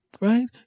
right